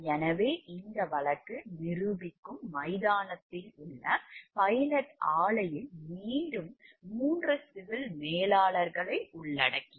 எனவே இந்த வழக்கு நிரூபிக்கும் மைதானத்தில் உள்ள பைலட் ஆலையில் மீண்டும் 3 சிவில் மேலாளர்களை உள்ளடக்கியது